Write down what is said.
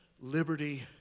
liberty